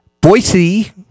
boise